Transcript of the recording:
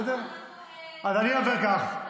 אז אני עובר כך,